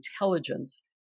intelligence